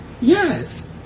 yes